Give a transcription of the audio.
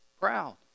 Proud